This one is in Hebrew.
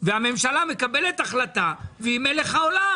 והממשלה מקבלת החלטה והיא מלך העולם,